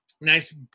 nice